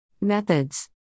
Methods